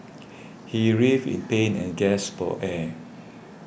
he writhed in pain and gasped for air